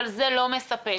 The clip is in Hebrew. זה לא מספק.